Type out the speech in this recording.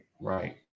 right